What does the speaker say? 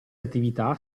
attività